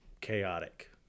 chaotic